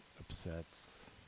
upsets